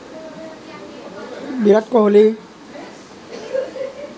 Virat Kohli